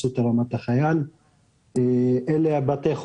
אפשר להגיש לוועדה רשימה מסודרת של כל בתי החולים